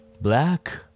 black